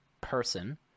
person